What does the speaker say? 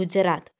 Gujarat